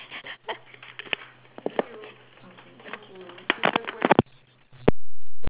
okay thank you